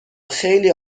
خیلی